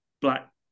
black